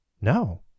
No